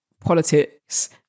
politics